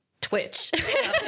twitch